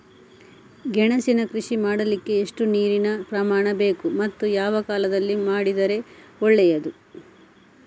ಗೆಣಸಿನ ಕೃಷಿ ಮಾಡಲಿಕ್ಕೆ ಎಷ್ಟು ನೀರಿನ ಪ್ರಮಾಣ ಬೇಕು ಮತ್ತು ಯಾವ ಕಾಲದಲ್ಲಿ ಮಾಡಿದರೆ ಒಳ್ಳೆಯದು?